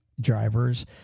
drivers